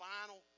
final